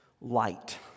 light